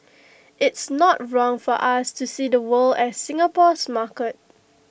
it's not wrong for us to see the world as Singapore's market